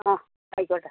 ആ ആയിക്കോട്ടെ